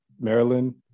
Maryland